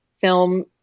film